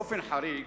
באופן חריג,